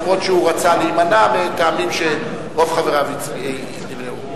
אף-על-פי שהוא רצה להימנע מטעמים שרוב חבריו נמנעו,